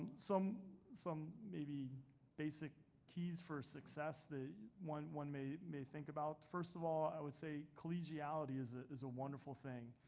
some some maybe basic keys for success that one one may may think about first of all i would say collegiality is ah is a wonderful thing.